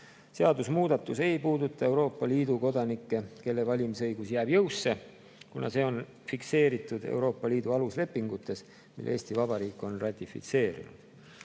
Seadusemuudatus ei puuduta Euroopa Liidu kodanikke, nende valimisõigus jääb jõusse, kuna see on fikseeritud Euroopa Liidu aluslepingutes, mille Eesti Vabariik on ratifitseerinud.